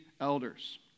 elders